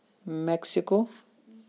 Mexico